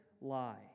lie